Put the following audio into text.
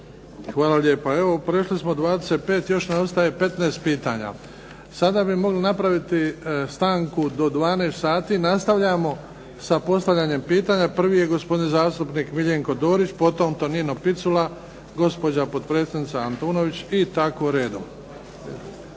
Hvala lijepa. Evo prešli smo 25, još nam ostaje 15 pitanja. Sada bi mogli napraviti stanku do 12,00 sati. Nastavljamo sa postavljanjem pitanja. Prvi je gospodin zastupnik Miljenko Dorić, potom Tonino Picula, gospođa potpredsjednica Antunović i tako redom.